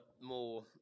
more